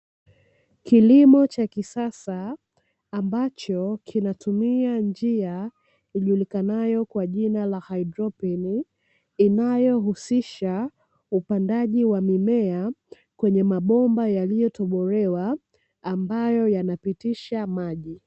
Kilimo cha kisasa, ambacho kinatumiia njia ijulikanayo kwa jina la haidroponi, inayohusisha upandaji wa mimea kwenye mabomba yaliyotobolewa ambayo yanapitisha maji.